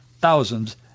thousands